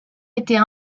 était